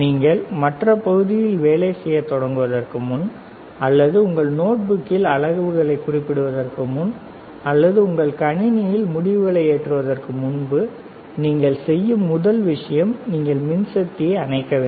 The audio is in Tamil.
நீங்கள் மற்ற பகுதிகளில் வேலை செய்யத் தொடங்குவதற்கு முன் அல்லது உங்கள் நோட்புக்கில் அளவுகளை குறிப்பிடுவதற்கு முன் அல்லது உங்கள் கணினியில் முடிவுகளை ஏற்றுவதற்கு முன்பு நீங்கள் செய்யும் முதல் விஷயம் நீங்கள் மின்சக்தியை அணைக்க வேண்டும்